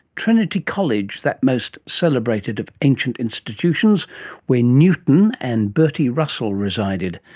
trinity college, that most celebrated of ancient institutions where newton and bertie russell resided.